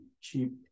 cheap